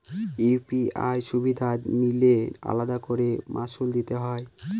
UPI সুবিধা নিলে আলাদা করে মাসুল দিতে হয়?